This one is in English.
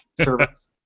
service